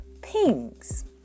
pings